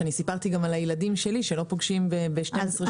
אז סיפרתי על הילדים שלי שלמעשה לא פוגשים ב-12 שנות לימוד דבר כזה.